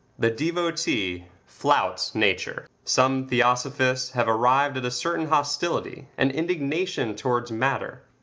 the devotee flouts nature. some theosophists have arrived at a certain hostility and indignation towards matter,